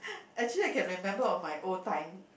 actually I can remember of my old time